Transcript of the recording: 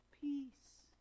peace